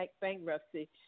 bankruptcy